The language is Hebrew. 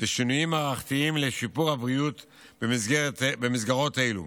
ושינויים מערכתיים לשיפור הבריאות במסגרות אלו.